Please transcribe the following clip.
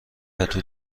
پتو